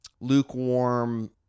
lukewarm